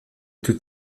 toute